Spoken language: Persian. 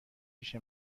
پیش